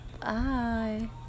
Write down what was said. Bye